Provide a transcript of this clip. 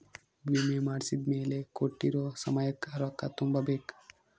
ವಿಮೆ ಮಾಡ್ಸಿದ್ಮೆಲೆ ಕೋಟ್ಟಿರೊ ಸಮಯಕ್ ರೊಕ್ಕ ತುಂಬ ಬೇಕ್